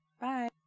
bye